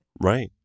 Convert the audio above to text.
Right